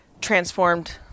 transformed